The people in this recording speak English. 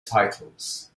titles